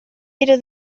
pere